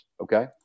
okay